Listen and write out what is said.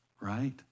right